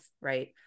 Right